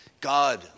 God